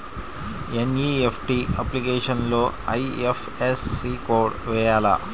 NEFT అప్లికేషన్లో IFSC code వేయాలా?